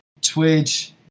Twitch